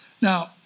Now